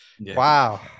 Wow